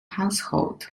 household